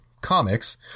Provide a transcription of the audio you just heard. comics